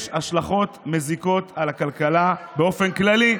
יש השלכות מזיקות על הכלכלה באופן כללי.